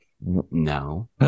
No